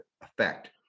effect